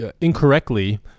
incorrectly